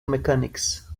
mechanics